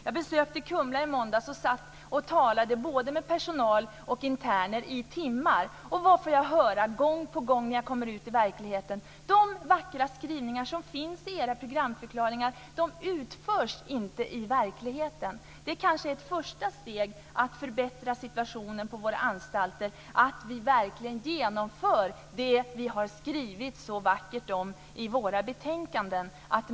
Jag besökte Kumla i måndags och satt och talade både med personal och med interner i timmar. Och vad får jag gång på gång höra när jag kommer ut i verkligheten? Jo, jag får höra att de vackra skrivningar som finns i programförklaringarna inte utförs i verkligheten. Det kanske är ett första steg att förbättra situationen på anstalterna - att vi verkligen genomför det som vi har skrivit så vackert om i våra betänkanden.